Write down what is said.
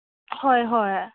ꯍꯣꯏ ꯍꯣꯏ